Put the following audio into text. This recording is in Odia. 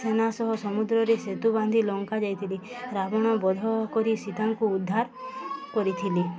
ସେନା ସହ ସମୁଦ୍ରରେ ସେତୁ ବାନ୍ଧି ଲଙ୍କା ଯାଇଥିଲେ ରାବଣ ବଧ କରି ସୀତାଙ୍କୁ ଉଦ୍ଧାର କରିଥିଲେ